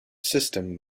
system